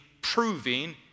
proving